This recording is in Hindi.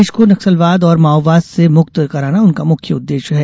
देश को नक्सलवाद और माओवाद से मुक्त कराना उनका मुख्य उद्देश्य है